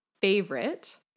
favorite